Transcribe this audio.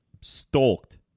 Stalked